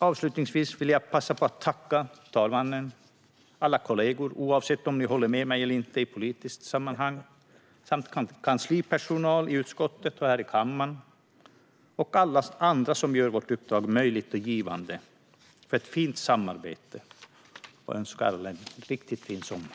Avslutningsvis vill jag passa på att tacka talmannen, alla kollegor, oavsett om ni håller med mig eller inte i ett politiskt sammanhang, kanslipersonal i utskottet och här i kammaren och alla andra som gör vårt uppdrag möjligt och givande för ett fint samarbete och önska alla en riktigt fin sommar!